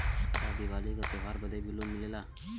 का दिवाली का त्योहारी बदे भी लोन मिलेला?